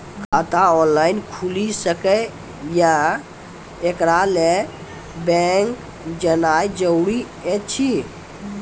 खाता ऑनलाइन खूलि सकै यै? एकरा लेल बैंक जेनाय जरूरी एछि?